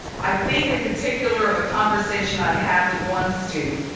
i think in particular of a conversation i had with one student,